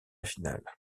finale